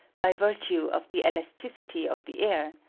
by virtue of the elasticity of the air,